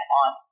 on